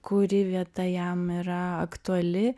kuri vieta jam yra aktuali